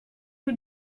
rue